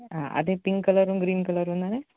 ஆ அதே பிங்க் கலரும் கிரீன் கலரும் தானே